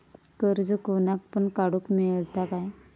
कर्ज कोणाक पण काडूक मेलता काय?